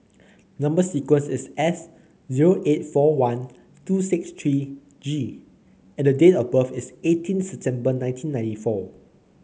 number sequence is S zero eight four one two six three G and the date of birth is eighteen September nineteen ninety four